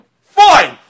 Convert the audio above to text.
Fine